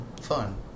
Fun